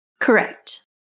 Correct